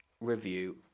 review